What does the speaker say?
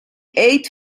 eight